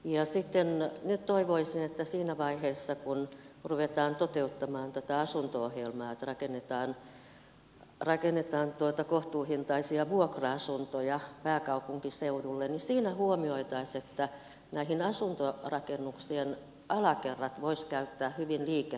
nyt sitten toivoisin että siinä vaiheessa kun ruvetaan toteuttamaan tätä asunto ohjelmaa että rakennetaan kohtuuhintaisia vuokra asuntoja pääkaupunkiseudulle huomioitaisiin että näiden asuntorakennuksien alakerrat voisi käyttää hyvin liiketilaksi